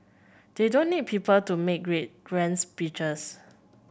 they don't need people to make grade grands speeches